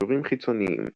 קישורים חיצוניים